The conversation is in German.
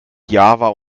java